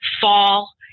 fall